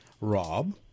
Rob